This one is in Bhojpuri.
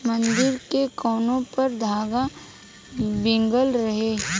मंदिर के कोना पर धागा बीगल रहे